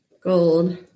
gold